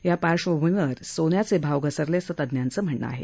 या पार्श्वभुमीवर सोन्याचे भाव घसरले असं तज्ञांचं म्हणणं आहे